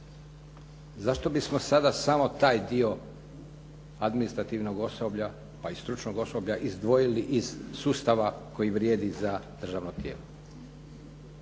Zašto bismo sada samo taj dio administrativnog osoblja pa i stručnog osoblja izdvojili iz sustava koji vrijedi za državno tijelo.